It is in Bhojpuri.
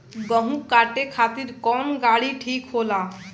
गेहूं काटे खातिर कौन गाड़ी ठीक होला?